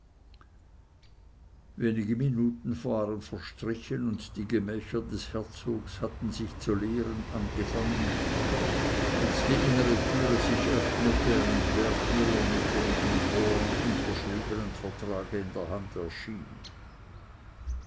wenige minuten waren verstrichen und die gemächer des herzogs hatten sich zu leeren angefangen als die innere türe sich öffnete und wertmüller mit dem von rohan unterschriebenen vertrage in der hand erschien